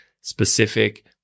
specific